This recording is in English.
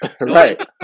right